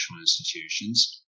institutions